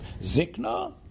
Zikna